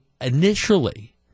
initially